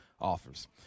offers